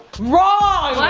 wrong! what?